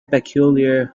peculiar